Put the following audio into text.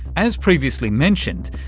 as previously mentioned,